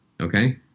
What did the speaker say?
okay